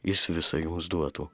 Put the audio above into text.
jis visa jums duotų